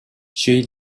she